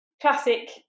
classic